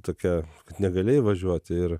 tokia kad negali įvažiuoti ir